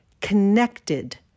connected